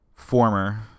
Former